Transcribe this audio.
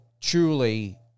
truly